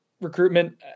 recruitment